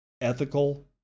Ethical